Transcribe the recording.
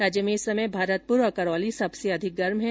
राज्य में इस समय भरतपूर और करौली सबसे अधिक गर्म है